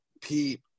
Peep